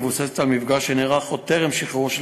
מבוססת על מפגש שנערך עוד טרם שחרורו של